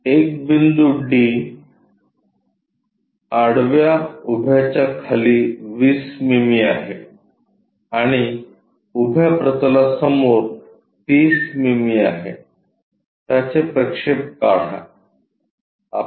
एक बिंदू D आडव्या उभ्या च्या खाली 20 मिमी आहे आणि उभ्या प्रतलासमोर 30 मिमी आहे त्याचे प्रक्षेप काढा